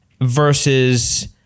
versus